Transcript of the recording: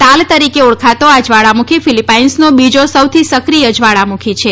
તાલ તરીકે ઓળખાતો આ જ્વાળામુખી ફિલિપાઈન્સનો બીજો સૌથી સક્રિય જ્વાળામુખી છે